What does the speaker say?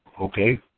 okay